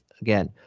again